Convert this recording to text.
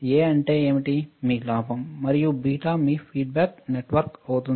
A అంటే ఏమిటి మీ లాభం మరియు బీటా మీ ఫీడ్బ్యాక్ నెట్వర్క్ అవుతుంది